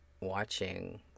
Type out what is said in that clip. watching